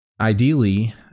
Ideally